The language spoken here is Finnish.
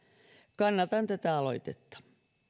kannatan tätä aloitetta